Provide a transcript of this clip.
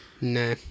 no